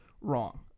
wrong